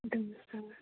दो सौ